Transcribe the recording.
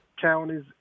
counties